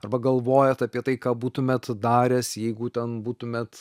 arba galvojat apie tai ką būtumėt daręs jeigu ten būtumėt